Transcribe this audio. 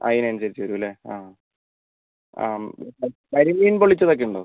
അതിനനുസരിച്ച് വരും അല്ലേ ആ ആ കരിമീൻ പൊള്ളിച്ചതൊക്കെ ഉണ്ടോ